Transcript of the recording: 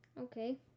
Okay